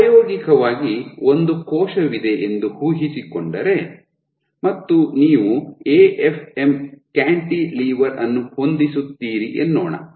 ಪ್ರಾಯೋಗಿಕವಾಗಿ ಒಂದು ಕೋಶವಿದೆ ಎಂದು ಊಹಿಸಿಕೊಂಡರೆ ಮತ್ತು ನೀವು ಎಎಫ್ಎಂ ಕ್ಯಾಂಟಿಲಿವರ್ ಅನ್ನು ಹೊಂದಿಸುತ್ತೀರಿ ಎನ್ನೋಣ